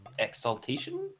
exaltation